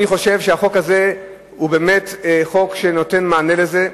אני חושב שהחוק הזה הוא באמת חוק שנותן מענה לזה.